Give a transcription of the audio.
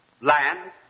land